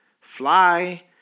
Fly